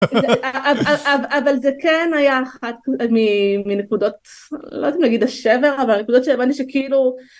אבל זה כן היה אחת מנקודות, לא יודעת אם להגיד השבר, אבל נקודות שהבנתי שכאילו.